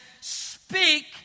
speak